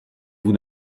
vous